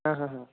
आं आं